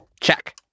Check